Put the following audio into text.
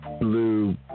blue